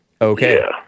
okay